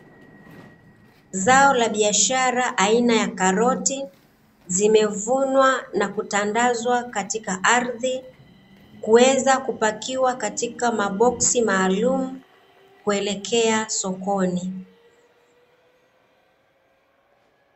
Zao la biashara aina ya karoti zimevunwa na kutandazwa katika ardhi, kuweza kupakiwa katika maboksi maarumu kuelekea sokoni.